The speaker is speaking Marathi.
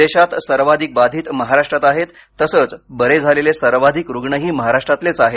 देशात सर्वाधिक बाधित महाराष्ट्रात आहेत तसंच बरे झालेले सर्वाधिक रुग्णही महाराष्ट्रातलेच आहेत